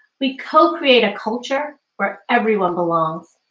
we co-create a culture where everyone belongs.